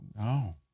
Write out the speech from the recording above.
no